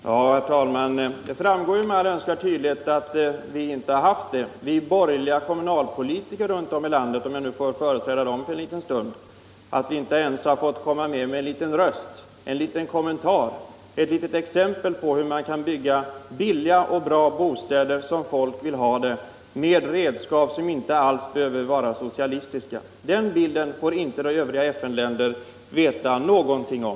Herr talman! Det framgår med all önskvärd tydlighet att vi borgerliga ”kommunalpolitiker runtom i landet — om jag nu för en stund får företräda dessa — inte haft något inflytande. Vi har inte ens fått göra en liten kommentar eller ge ett litet exempel på hur man kan bygga billiga och bra bostäder som folk vill ha dem och med redskap som inte alls behöver vara socialistiska. Den bilden får övriga FN-länder inte veta någonting om.